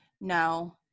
no